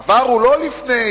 העבר הוא לא לפני